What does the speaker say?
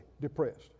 depressed